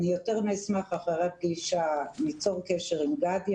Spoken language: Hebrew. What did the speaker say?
אני יותר מאשמח לאחר הפגישה ליצור קשר עם גדי,